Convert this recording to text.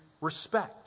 respect